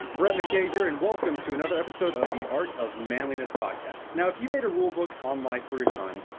brett mckay here, and welcome to another episode of the art of manliness podcast. now, if you made a rulebook on life for your son,